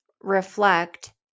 reflect